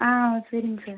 ஆ சரிங்க சார்